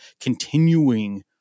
continuing